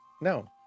No